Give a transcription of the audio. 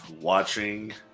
watching